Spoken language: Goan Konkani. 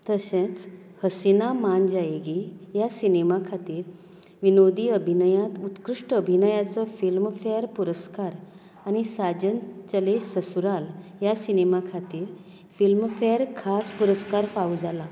तशेंच हसीना मान जायेगी ह्या सिनेमा खातीर विनोदी अभिनयांत उत्कृश्ट अभिनयाचो फिल्मफेअर पुरस्कार आनी साजन चले ससुराल ह्या सिनेमा खातीर फिल्मफेअर खास पुरस्कार फावो जाला